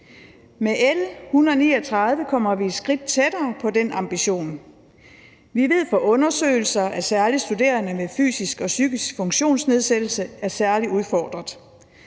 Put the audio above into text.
Med L 139 kommer vi et skridt tættere på den ambition. Vi ved fra undersøgelser, at særlig studerende med fysisk og psykisk funktionsnedsættelse er særlig udfordrede.